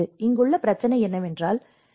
இங்குள்ள பிரச்சனை என்னவென்றால் என்